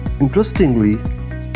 Interestingly